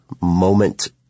moment